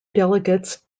delegates